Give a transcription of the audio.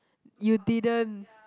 you didn't